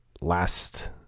last